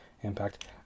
Impact